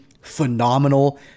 phenomenal